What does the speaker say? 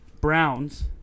Browns